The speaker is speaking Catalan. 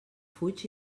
fuig